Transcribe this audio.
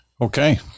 Okay